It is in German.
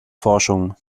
forschung